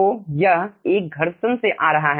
तो यह एक घर्षण से आ रहा है